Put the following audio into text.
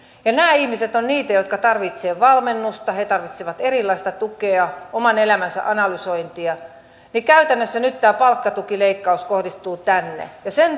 nämä ihmiset ovat niitä jotka tarvitsevat valmennusta erilaista tukea oman elämänsä analysointia ja käytännössä nyt tämä palkkatukileikkaus kohdistuu tänne sen